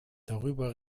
darüber